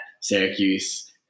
Syracuse